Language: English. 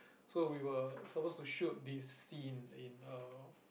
so we were suppose to shoot this scene in a